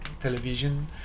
television